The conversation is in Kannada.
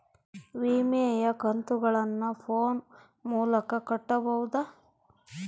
ವಿಮೆಯ ಕಂತುಗಳನ್ನ ಫೋನ್ ಮೂಲಕ ಕಟ್ಟಬಹುದಾ?